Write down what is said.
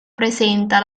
presenta